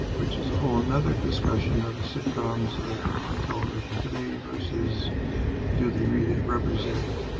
which is a whole and other discussion of the sitcoms that are on television today versus do they really represent